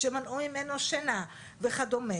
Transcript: שמנעו ממנו שינה וכדומה,